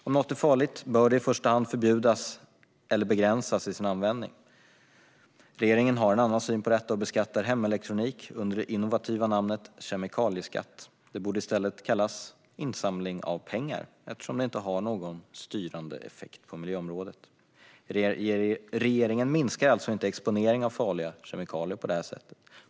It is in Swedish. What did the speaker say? Om något är farligt bör det i första hand förbjudas eller användningen av det begränsas. Regeringen har en annan syn på detta och beskattar hemelektronik under det innovativa namnet kemikalieskatt. Det borde i stället kallas insamling av pengar, eftersom det inte har någon styrande effekt på miljöområdet. Regeringen minskar alltså inte exponeringen av farliga kemikalier på detta sätt.